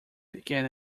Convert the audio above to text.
began